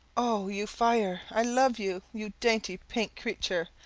oh, you fire, i love you, you dainty pink creature,